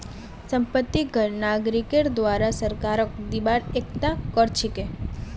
संपत्ति कर नागरिकेर द्वारे सरकारक दिबार एकता कर छिके